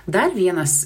dar vienas